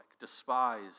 Despised